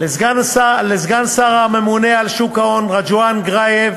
לסגן הממונה על שוק ההון, רג'ואן גרייב,